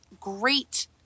great